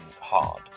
hard